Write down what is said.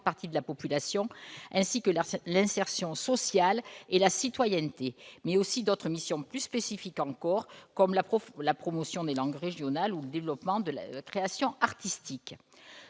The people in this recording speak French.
parties de la population ainsi que l'insertion sociale et la citoyenneté », mais aussi d'autres missions plus spécifiques encore, comme la promotion de langues régionales ou le développement de la création artistique.